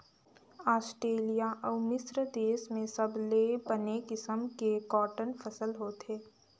Australia अउ मिस्र देस में सबले बने किसम के कॉटन फसल होथे